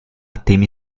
temi